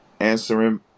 Answering